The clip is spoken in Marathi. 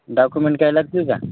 डाकुमेंट काय लागतील का